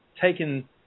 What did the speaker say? taken